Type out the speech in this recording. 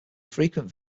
frequent